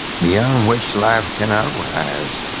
beyond which life cannot rise.